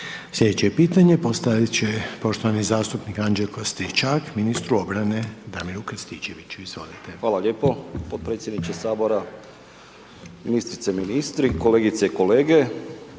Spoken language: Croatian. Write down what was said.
Slijedeće pitanje postavit će poštovani zastupnik Anđelko Stričak ministru obrane Damiru Krstičeviću, izvolite. **Stričak, Anđelko (HDZ)** Hvala lijepo. Potpredsjedniče Sabora, ministrice, ministri, kolegice, kolege,